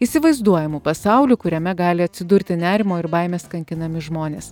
įsivaizduojamu pasauliu kuriame gali atsidurti nerimo ir baimės kankinami žmonės